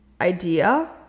idea